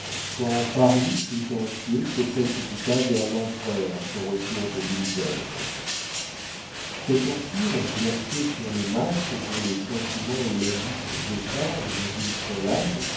quand paris tout entier se précipita vers l'empereur à son retour de l'île d'elbe cet empire exercé sur les masses dont les sentiments et la vie se déchargent dans une seule âme